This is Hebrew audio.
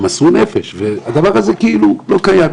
שמסר נפש והדבר הזה כאילו לא קיים.